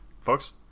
Folks